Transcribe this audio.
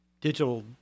digital